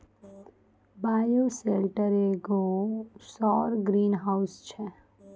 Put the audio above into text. bioshelter एगो सौर greenhouse छै